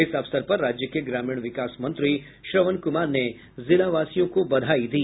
इस अवसर पर राज्य के ग्रामीण विकास मंत्री श्रवण कुमार ने जिलावासियों को बधाई दी